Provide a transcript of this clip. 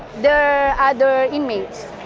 the other inmates.